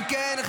אם כן,